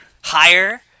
Higher